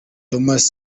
thomas